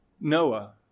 Noah